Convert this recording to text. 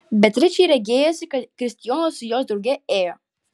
beatričei regėjosi kad kristijonas su jos drauge ėjo